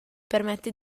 permette